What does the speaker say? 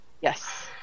Yes